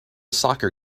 soccer